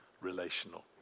relational